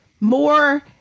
more